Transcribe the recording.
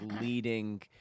leading